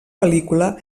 pel·lícula